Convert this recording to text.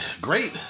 great